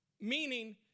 Meaning